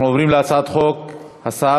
אנחנו עוברים להצעת החוק השנייה,